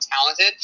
talented